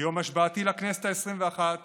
ביום השבעתי לכנסת העשרים-ואחת